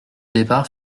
départ